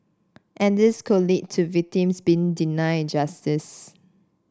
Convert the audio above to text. and this could lead to victims being denied justice